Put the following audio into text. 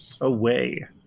away